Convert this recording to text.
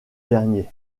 dernier